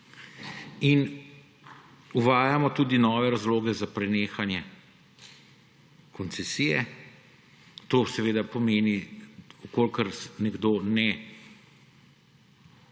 Uvajamo tudi nove razloge za prenehanje koncesije. To seveda pomeni, da če nekdo ne